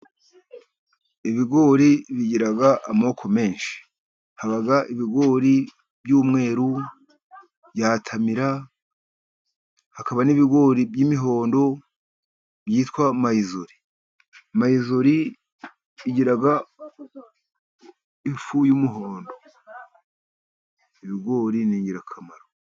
Ibigori bigira amoko menshi haba ibigori by'umweru byatamira, hakaba n'ibigori by'imihondo byitwa mayizori, mayizori igira ifu y'umuhondo, ibigori n'ingirakamaro.